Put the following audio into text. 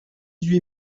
huit